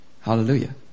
Hallelujah